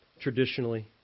Traditionally